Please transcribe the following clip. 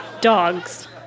Dogs